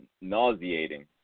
Nauseating